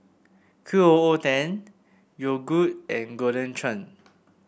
Q O O ten Yogood and Golden Churn